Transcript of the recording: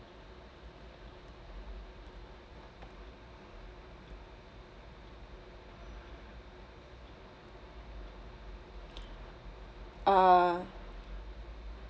uh